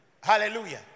Hallelujah